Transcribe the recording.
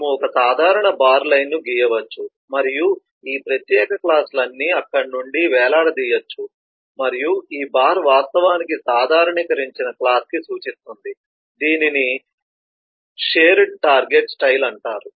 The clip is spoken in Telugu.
మేము ఒక సాధారణ బార్ లైన్ను గీయవచ్చు మరియు ఈ ప్రత్యేక క్లాస్ లన్నీ అక్కడ నుండి వేలాడదీయవచ్చు మరియు ఈ బార్ వాస్తవానికి సాధారణీకరించిన క్లాస్ కి సూచిస్తుంది దీనిని షేర్డ్ టార్గెట్ స్టైల్ అంటారు